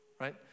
right